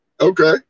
Okay